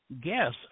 guess